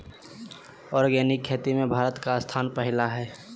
organic खेती में भारत के स्थान पहिला हइ